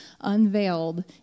unveiled